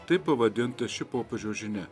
taip pavadinta ši popiežiaus žinia